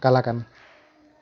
কালাকান